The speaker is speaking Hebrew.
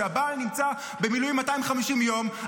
שבהן הבעל נמצא במילואים 250 יום,